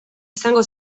izango